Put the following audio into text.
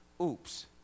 oops